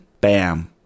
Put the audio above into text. bam